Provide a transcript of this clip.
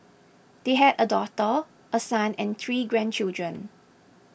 they have a daughter a son and three grandchildren